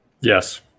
Yes